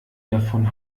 davon